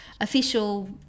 official